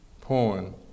porn